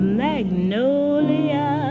magnolia